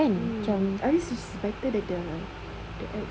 mm haris is better than the the ex